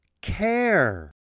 care